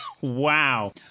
Wow